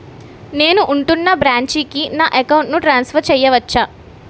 నేను ఉంటున్న బ్రాంచికి నా అకౌంట్ ను ట్రాన్సఫర్ చేయవచ్చా?